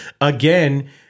Again